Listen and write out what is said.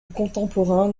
contemporain